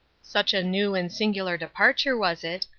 such a new and singular departure was it,